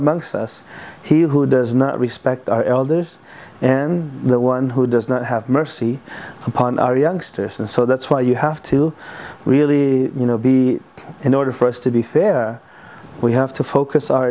amongst us he who does not respect our elders and the one who does not have mercy upon our youngsters and so that's why you have to really you know be in order for us to be fair we have to focus our